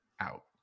out